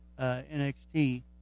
NXT